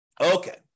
Okay